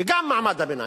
וגם מעמד הביניים.